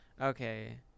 Okay